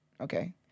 okay